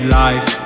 life